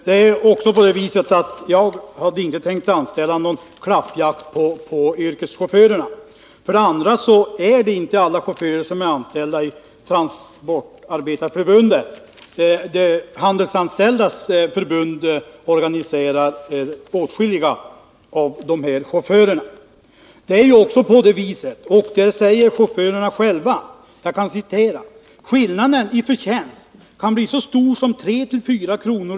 Herr talman! Jag hade inte tänkt anställa någon klappjakt på yrkeschaufförerna. Alla chaufförer är inte heller anslutna till Transportarbetareförbundet, utan Handelsanställdas förbund organiserar åtskilliga av dem. Chaufförerna säger själva att skillnaden i förtjänst kan bli så stor som 34 kr.